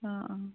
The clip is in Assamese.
অঁ অঁ